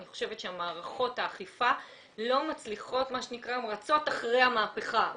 אני חושבת שמערכות האכיפה רצות אחרי המהפכה,